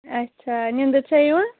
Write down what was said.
اچھا نِندٕر چھےٚ یِوان